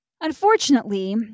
Unfortunately